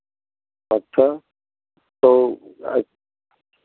अच्छा तो